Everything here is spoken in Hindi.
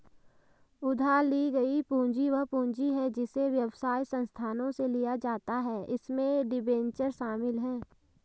उधार ली गई पूंजी वह पूंजी है जिसे व्यवसाय संस्थानों से लिया जाता है इसमें डिबेंचर शामिल हैं